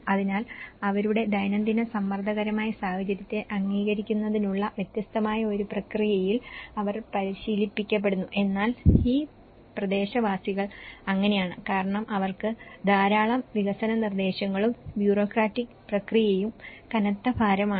അതിനാൽ അവരുടെ ദൈനംദിന സമ്മർദ്ദകരമായ സാഹചര്യത്തെ അംഗീകരിക്കുന്നതിനുള്ള വ്യത്യസ്തമായ ഒരു പ്രക്രിയയിൽ അവർ പരിശീലിപ്പിക്കപ്പെടുന്നു എന്നാൽ ഈ പ്രദേശവാസികൾ അങ്ങനെയാണ് കാരണം അവർക്ക് ധാരാളം വികസന നിർദ്ദേശങ്ങളും ബ്യൂറോക്രാറ്റിക് പ്രക്രിയയും കനത്ത ഭാരമാണ്